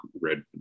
red